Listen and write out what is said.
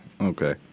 Okay